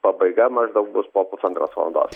pabaiga maždaug bus po pusantros valandos